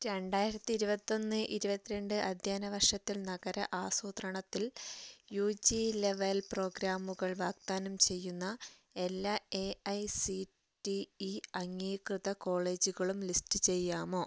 രണ്ടായിരത്തി ഇരുപത്തൊന്ന് ഇരുപത്തി രണ്ട് അദ്ധ്യാന വർഷത്തിൽ നഗര ആസൂത്രണത്തിൽ യു ജി ലെവൽ പ്രോഗ്രാമുകൾ വാഗ്ദാനം ചെയ്യുന്ന എല്ലാ A I C T E അംഗീകൃത കോളേജുകളും ലിസ്റ്റ് ചെയ്യാമോ